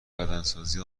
بدنسازی